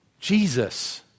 Jesus